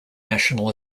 national